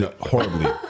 Horribly